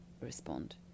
respond